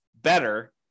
better